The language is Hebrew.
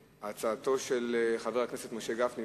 הצעתו של חבר הכנסת משה גפני,